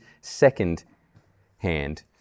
second-hand